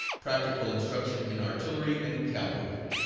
practical instruction in artillery and cavalry.